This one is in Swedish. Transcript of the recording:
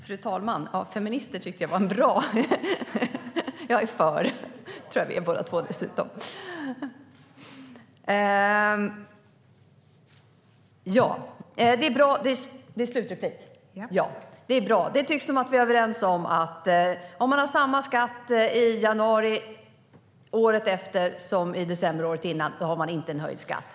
Fru talman! Feministen - det var bra sagt! Jag är för! Det tror jag dessutom att vi båda är. Det tycks som att vi är överens. Om man har samma skatt i januari ett år som i december året innan har man inte höjd skatt.